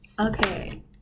Okay